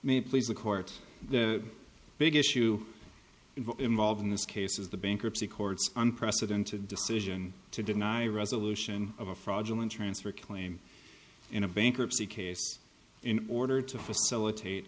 please the court the big issue involved in this case is the bankruptcy courts unprecedented decision to deny resolution of a fraudulent transfer claim in a bankruptcy case in order to facilitate